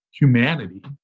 humanity